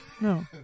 No